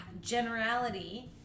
generality